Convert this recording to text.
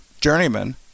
journeyman